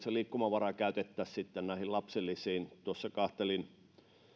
se liikkumavara käytettäisiin lapsilisiin ja tuossa katselin